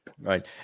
right